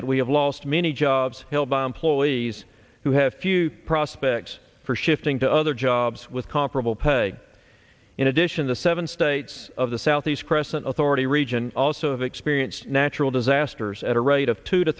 that we have lost many jobs held by employees who have few prospects for shifting to other jobs with comparable pay in addition the seven states of the southeast crescent authority region also have experienced natural disasters at a rate of two to